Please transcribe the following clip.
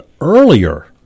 earlier